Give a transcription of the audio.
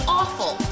awful